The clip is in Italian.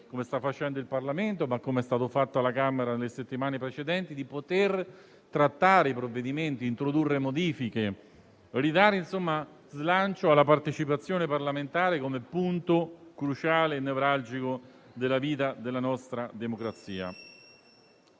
come sta facendo il Senato e come è stato fatto alla Camera nelle settimane precedenti - introdurre modifiche e ridare slancio alla partecipazione parlamentare come punto cruciale e nevralgico della vita della nostra democrazia.